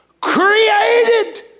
created